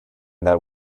that